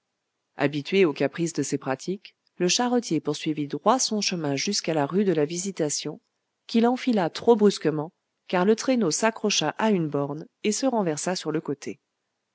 habitué au caprice de ses pratiques le charretier poursuivit droit son chemin jusqu'à la rue de la visitation qu'il enfila trop brusquement car le traîneau s'accrocha à une borne et se renversa sur le côté